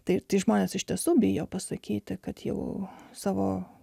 taip tai žmonės iš tiesų bijo pasakyti kad jau savo